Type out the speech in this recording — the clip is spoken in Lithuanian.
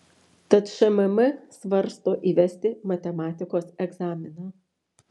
tad šmm svarsto įvesti matematikos egzaminą